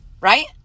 right